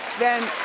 then